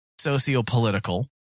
sociopolitical